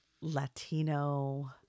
Latino